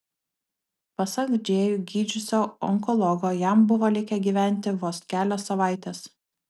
pasak džėjų gydžiusio onkologo jam buvo likę gyventi vos kelios savaitės